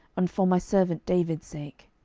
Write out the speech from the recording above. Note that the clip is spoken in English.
and for my servant david's sake.